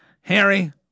Harry